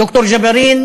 ד"ר ג'בארין